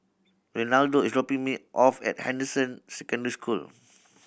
Reinaldo is dropping me off at Anderson Secondary School